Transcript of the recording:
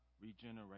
regenerate